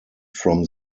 from